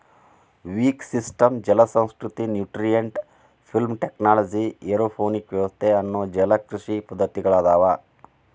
wick system ಜಲಸಂಸ್ಕೃತಿ, nutrient film technology, aeroponic ವ್ಯವಸ್ಥೆ ಅನ್ನೋ ಜಲಕೃಷಿ ಪದ್ದತಿಗಳದಾವು